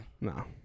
No